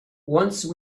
once